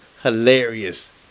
hilarious